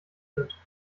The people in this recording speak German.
sind